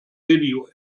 radio